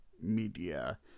media